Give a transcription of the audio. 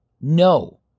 No